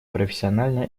профессионально